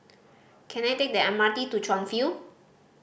can I take the M R T to Chuan View